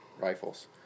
rifles